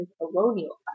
colonial